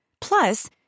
Plus